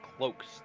Cloaks